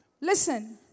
Listen